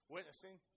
Witnessing